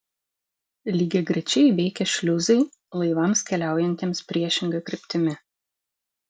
lygiagrečiai veikia šliuzai laivams keliaujantiems priešinga kryptimi